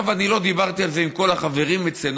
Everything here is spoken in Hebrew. אני לא דיברתי על זה עם כל החברים אצלנו,